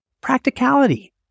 practicality